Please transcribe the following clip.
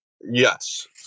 yes